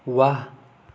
ৱাহ